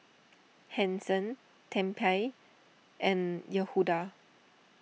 Hanson Tempie and Yehuda